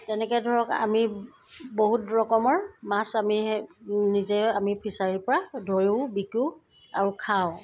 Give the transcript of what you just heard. তেনেকৈ ধৰক আমি বহুত ৰকমৰ মাছ আমি সেই নিজে আমি ফিচাৰীৰ পৰা ধৰোঁ বিকো আৰু খাওঁ